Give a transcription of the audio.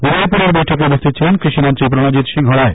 উদয়পুরে বৈঠকে উপস্হিত ছিলেন কৃষিমন্ত্রী প্রনজিত সিংহ রায়